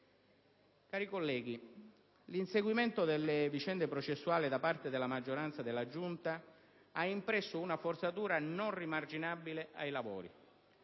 colleghi, l'inseguimento delle vicende processuali da parte della maggioranza della Giunta ha impresso una forzatura non rimarginabile ai lavori;